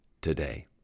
today